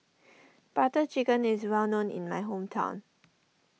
Butter Chicken is well known in my hometown